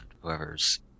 whoever's